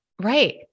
Right